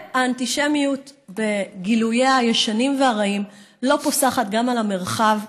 האנטישמיות בגילוייה הישנים והרעים לא פוסחת גם על המרחב,